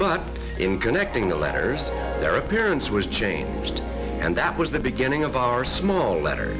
but in connecting the letters their appearance was changed and that was the beginning of our small letter